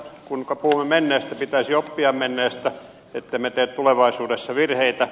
kun puhumme menneestä pitäisi oppia menneestä ettemme tee tulevaisuudessa virheitä